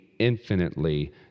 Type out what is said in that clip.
infinitely